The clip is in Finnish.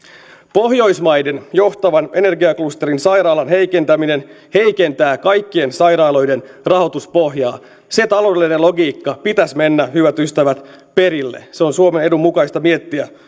pohjoismaiden johtavan energiaklusterin sairaalan heikentäminen heikentää kaikkien sairaaloiden rahoituspohjaa sen taloudellisen logiikan pitäisi mennä hyvät ystävät perille on suomen edun mukaista miettiä